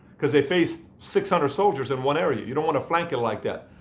because they faced six hundred soldiers in one area. you don't want to flank it like that.